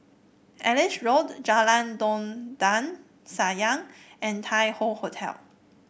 Ellis Road Jalan Dondang Sayang and Tai Hoe Hotel